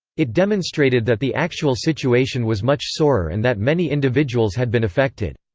it demonstrated that the actual situation was much sorer and that many individuals had been affected.